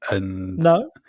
No